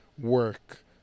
work